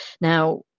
Now